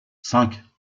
cinq